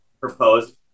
proposed